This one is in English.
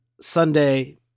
Sunday